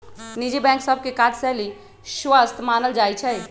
निजी बैंक सभ के काजशैली स्वस्थ मानल जाइ छइ